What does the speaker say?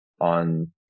on